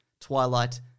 Twilight